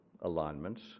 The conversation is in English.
alignments